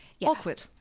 awkward